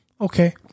Okay